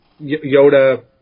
Yoda